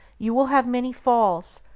you will have many falls,